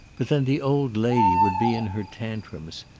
but then the old lady would be in her tantrums,